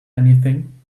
anything